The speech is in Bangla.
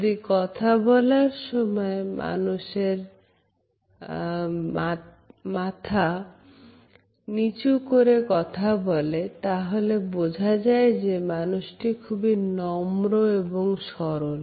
যদি কথা বলার সময় মানুষের সাথে সাথে মাথা নিচু করে কথা বলে তাহলে বোঝা যায় যে মানুষটি খুবই নম্র এবং সরল